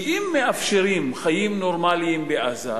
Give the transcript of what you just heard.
כי אם מאפשרים חיים נורמליים בעזה,